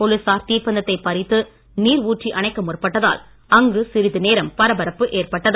போலிசார் தீப்பந்தத்தை பறித்து நீர் ஊற்றி அணைக்க முற்பட்டதால் அங்கு சிறிது நேரம் பரபரப்பு ஏற்பட்டது